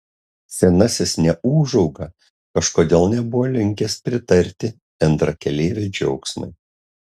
senasis neūžauga kažkodėl nebuvo linkęs pritarti bendrakeleivio džiaugsmui